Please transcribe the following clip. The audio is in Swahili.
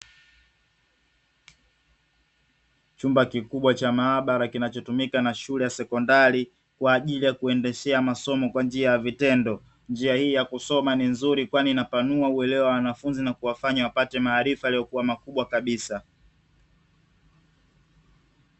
Chumba kikubwa cha maabara kinachotumika na shule ya sekondari, kwa ajili ya kuendeshea masomo kwa njia ya vitendo. Njia hii ya kusoma ni nzuri, kwani inapanuwa uelewa wa wanafunzi na kuwafanya wapate maarifa yaliyokuwa makubwa kabisa.